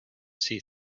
see